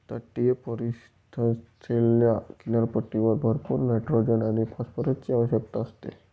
तटीय परिसंस्थेला किनाऱ्यावर भरपूर नायट्रोजन आणि फॉस्फरसची आवश्यकता असते